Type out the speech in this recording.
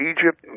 Egypt